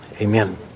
Amen